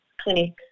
clinic